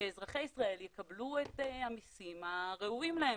שאזרחי ישראל יקבלו את המסים הראויים להם.